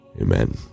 amen